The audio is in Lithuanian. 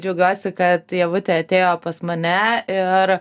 džiaugiuosi kad ievutė atėjo pas mane ir